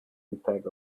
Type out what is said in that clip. impact